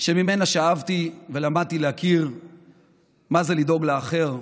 שממנה שאבתי ולמדתי להכיר מה זה לדאוג לאחר,